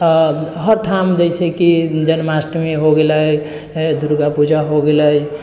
हर ठाम जइसे कि जन्माष्टमी हो गेलै दुर्गा पूजा हो गेलै